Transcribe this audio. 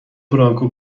برانکو